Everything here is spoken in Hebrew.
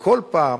וכל פעם,